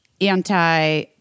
anti